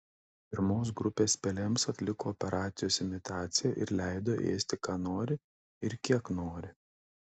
pirmos grupės pelėms atliko operacijos imitaciją ir leido ėsti ką nori ir kiek nori